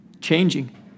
changing